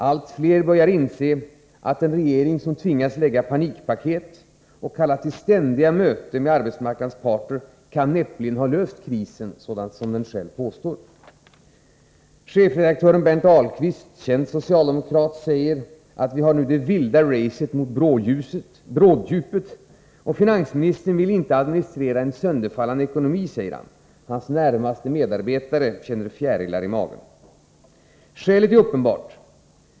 Allt fler börjar inse att en regering som tvingas lägga panikpaket och kalla till ständiga möten med arbetsmarknadens parter näppeligen kan ha löst krisen, som den själv påstår. Chefredaktören Berndt Ahlqvist, känd socialdemokrat, har beskrivit läget nu som ”det vilda racet mot bråddjupet”. Finansministern vill inte administrera en sönderfallande ekonomi, säger han, och hans närmaste medarbetare känner ”fjärilar i magen”. Skälet är uppenbart.